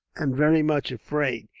and very much afraid,